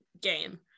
game